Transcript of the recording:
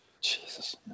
Jesus